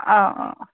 آ آ